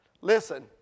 Listen